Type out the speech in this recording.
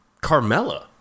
Carmella